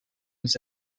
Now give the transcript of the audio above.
els